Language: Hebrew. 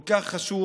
כל כך חשוב,